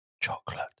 chocolate